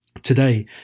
Today